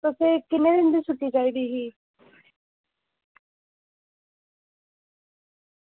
तुसें किन्ने दिन दी छुट्टी चाहिदी ही